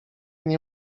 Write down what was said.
nie